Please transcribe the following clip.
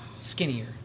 skinnier